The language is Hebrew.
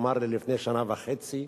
אמר לי לפני שנה וחצי,